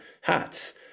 hats